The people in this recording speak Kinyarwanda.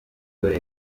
dore